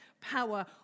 power